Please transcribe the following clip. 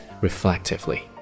reflectively